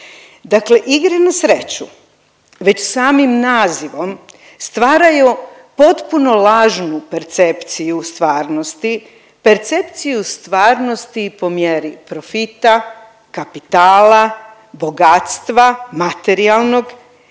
Dakle, igre na sreću već samim nazivom stvaraju potpuno lažnu percepciju stvarnosti. Percepciju stvarnosti po mjeri profita, kapitala, bogatstva materijalnog